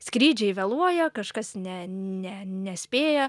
skrydžiai vėluoja kažkas ne ne nespėja